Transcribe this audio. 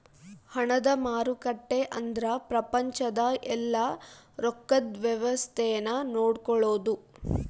ಹಣದ ಮಾರುಕಟ್ಟೆ ಅಂದ್ರ ಪ್ರಪಂಚದ ಯೆಲ್ಲ ರೊಕ್ಕದ್ ವ್ಯವಸ್ತೆ ನ ನೋಡ್ಕೊಳೋದು